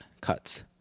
Cuts